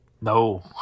No